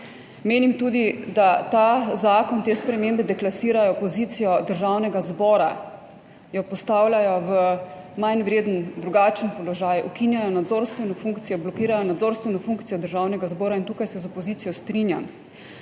Menim tudi, da ta zakon, te spremembe deklasirajo pozicijo Državnega zbora, ga postavljajo v manjvreden, drugačen položaj, ukinjajo nadzorstveno funkcijo, blokirajo nadzorstveno funkcijo Državnega zbora, in tukaj se z opozicijo strinjam.